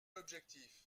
objectif